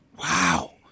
Wow